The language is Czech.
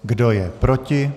Kdo je proti?